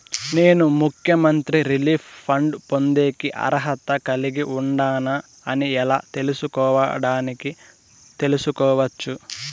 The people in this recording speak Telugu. నేను ముఖ్యమంత్రి రిలీఫ్ ఫండ్ పొందేకి అర్హత కలిగి ఉండానా అని ఎలా తెలుసుకోవడానికి తెలుసుకోవచ్చు